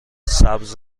سبز